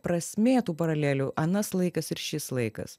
prasmė tų paralelių anas laikas ir šis laikas